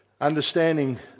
understanding